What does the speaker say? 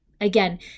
Again